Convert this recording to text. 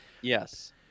Yes